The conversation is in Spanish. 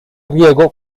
riego